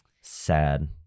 Sad